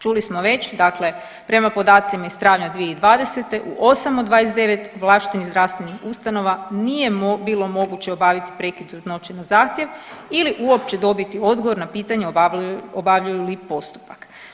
Čuli već dakle, prema podacima iz travnja 2020. u 8 od 29 ovlaštenih zdravstvenih ustanova nije bilo moguće obavit prekid trudnoće na zahtjev ili uopće dobiti odgovor na pitanje obavljaju li postupak.